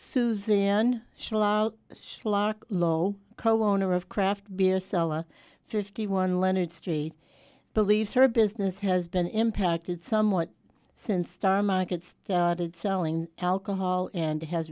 suzanne schlock low coner of craft beer seller fifty one leonard street believes her business has been impacted somewhat since star market started selling alcohol and